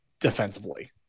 defensively